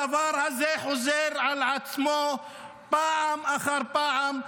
הדבר הזה חוזר על עצמו פעם אחר פעם.